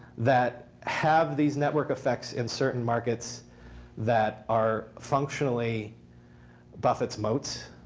that have these network effects in certain markets that are functionally buffett's moats.